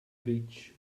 beach